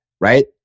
right